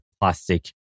plastic